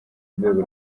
rwego